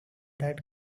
that